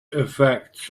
effects